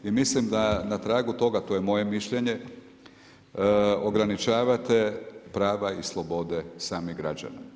I mislim da na tragu toga to je moje mišljenje ograničavate prava i slobode samih građana.